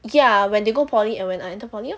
ya when they go poly and when I enter poly lor